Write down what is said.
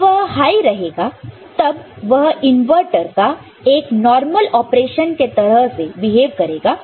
जब वह हाई रहेगा तब वह इनवर्टर का एक नॉर्मल ऑपरेशन के तरह से बिहेव करेगा